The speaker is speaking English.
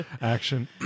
action